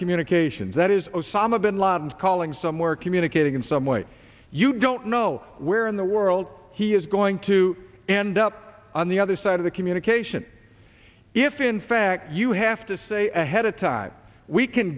communications that is osama bin laden's calling somewhere communicating in some way you don't know where in the world he is going to end up on the other side of the communication if in fact you have to say ahead of time we can